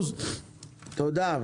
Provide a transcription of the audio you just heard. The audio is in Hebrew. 2%. תודה.